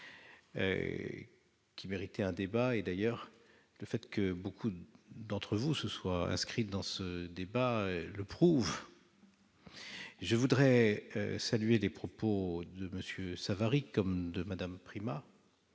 qui méritait un débat. D'ailleurs, le fait que beaucoup d'entre vous se soient inscrits dans ce débat le prouve ... Je voudrais saluer les propos de M. Savary comme de Mme Primas,